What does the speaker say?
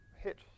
hit